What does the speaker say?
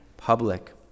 Public